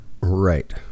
Right